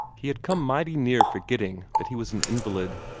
he had come mighty near forgetting that he was an invalid,